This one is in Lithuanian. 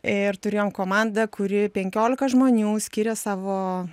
ir turėjom komandą kuri penkiolika žmonių skiria savo